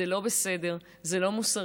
זה לא בסדר, זה לא מוסרי.